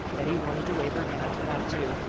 betty wanted to wave her hand to that too,